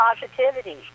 positivity